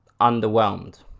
underwhelmed